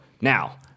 now